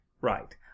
Right